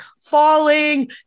falling